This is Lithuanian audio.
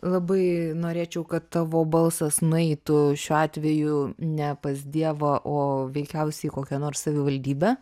labai norėčiau kad tavo balsas nueitų šiuo atveju ne pas dievą o veikiausiai kokią nors savivaldybę